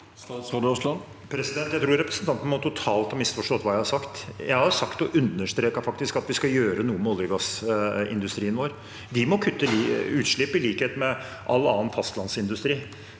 Jeg tror repre- sentanten totalt må ha misforstått hva jeg har sagt. Jeg har sagt, og faktisk understreket, at vi skal gjøre noe med olje- og gassindustrien vår. De må kutte utslipp, i likhet med all annen fastlandsindustri,